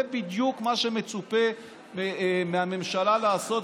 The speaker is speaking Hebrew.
זה בדיוק מה שמצופה מהממשלה לעשות,